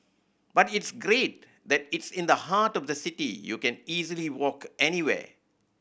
but it's great that it's in the heart of the city you can easily walk anywhere